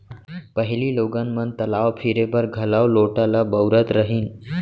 पहिली लोगन मन तलाव फिरे बर घलौ लोटा ल बउरत रहिन